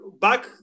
back